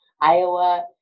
Iowa